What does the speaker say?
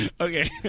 Okay